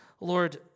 Lord